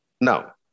Now